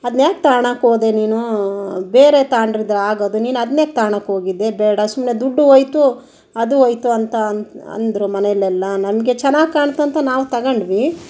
ಅದ್ನ ಯಾಕೆ ತಗಳಾಕ್ ಹೋದೆ ನೀನು ಬೇರೆ ತಗಂಡಿದ್ ಆಗೋದು ನೀನು ಅದ್ನ್ಯಾಕೆ ತಗಳಾಕ್ ಹೋಗಿದ್ದೆ ಬೇಡ ಸುಮ್ಮನೆ ದುಡ್ಡೂ ಹೋಯ್ತು ಅದೂ ಹೋಯ್ತು ಅಂತ ಅಂದರು ಮನೆಯಲೆಲ್ಲ ನನಗೆ ಚೆನ್ನಾಗಿ ಕಾಣ್ತು ಅಂತ ನಾವು ತಗೊಂಡ್ವಿ